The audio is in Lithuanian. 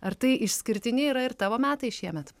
ar tai išskirtiniai yra ir tavo metai šiemet